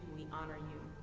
we honor you.